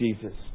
Jesus